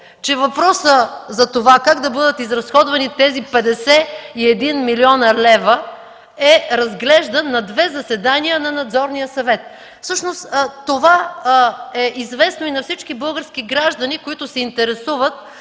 че въпросът за това как да бъдат изразходвани тези 51 млн. лв. е разглеждан на две заседания на Надзорния съвет. Всъщност това е известно и на всички български граждани, които се интересуват